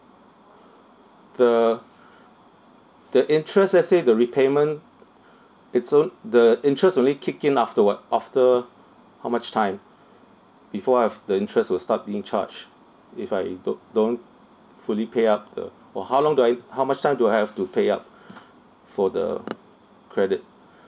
the the interest let's say the repayment it's all the interest only kick in after what after how much time before I've the interest will start being charged if I do~ don't fully pay up the or how long do I how much time do I have to pay up for the credit